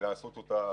לעשות אותה